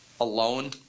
alone